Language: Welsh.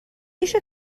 eisiau